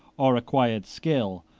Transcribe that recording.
or acquired skill,